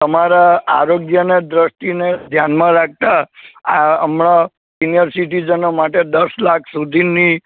તમારા આરોગ્યના દ્રષ્ટિને ધ્યાનમાં રાખતા આ હમણાં સિનિયર સિટીજનો માટે દસ લાખ સુધીની